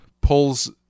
pulls